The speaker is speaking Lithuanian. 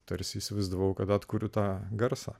tarsi įsivaizdavau kad atkuriu tą garsą